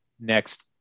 next